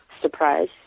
Surprise